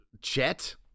Chet